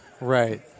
Right